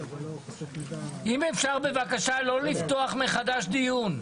אם אפשר בבקשה לא לפתוח מחדש דיון.